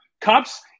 Cops